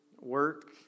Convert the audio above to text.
work